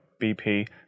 BP